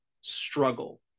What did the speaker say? struggle